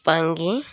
Pangi